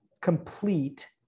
complete